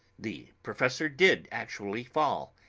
the professor did actually fall,